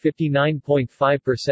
59.5%